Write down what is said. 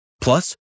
Plus